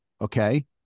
okay